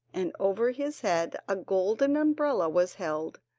and over his head a golden umbrella was held,